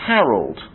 Harold